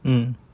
mm